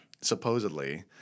Supposedly